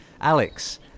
Alex